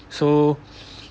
so